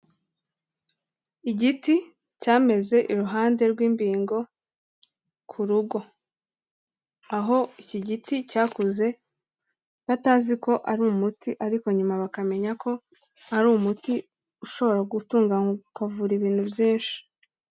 Igiti cyameze iruhande rw'imbingo ku rugo, aho iki giti cyakuze batazi ko ari umuti ariko nyuma bakamenya ko ari umuti ushobora gutungaywa ukavura ibintu byinshi.